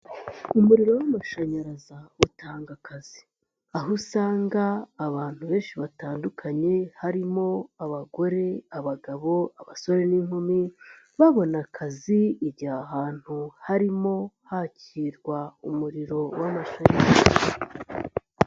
Umuriro w'amashanyarazi utanga akazi. Aho usanga abantu benshi batandukanye, harimo abagore, abagabo, abasore n'inkumi, babona akazi igihe ahantu harimo hakirwa umuriro w'amashanyarazi.